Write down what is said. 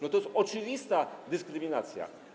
No to jest oczywista dyskryminacja.